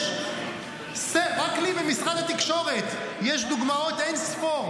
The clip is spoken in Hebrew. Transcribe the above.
רק לי במשרד התקשורת יש דוגמאות אין-ספור